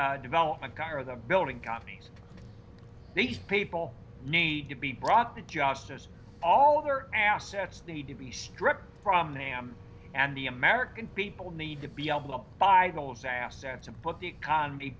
r development guy or the building companies these people need to be brought to justice all other assets need to be stripped from them and the american people need to be able to buy those assets but the economy